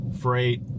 freight